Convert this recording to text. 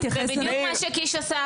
זה בדיוק מה שקיש עשה,